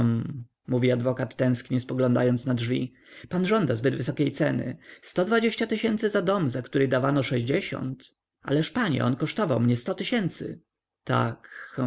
mówi adwokat tęsknie spoglądając na drzwi pan żąda zbyt wysokiej ceny sto dwadzieścia tysięcy za dom za który dawano sześćdziesiąt ależ panie on kosztował mnie sto tysięcy tak